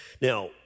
Now